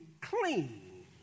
clean